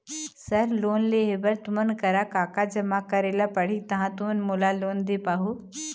Sir loan लेहे बर तुमन करा का का जमा करें ला पड़ही तहाँ तुमन मोला लोन दे पाहुं?